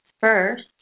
first